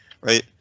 right